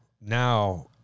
now